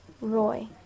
Roy